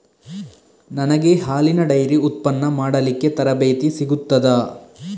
ನನಗೆ ಹಾಲಿನ ಡೈರಿ ಉತ್ಪನ್ನ ಮಾಡಲಿಕ್ಕೆ ತರಬೇತಿ ಸಿಗುತ್ತದಾ?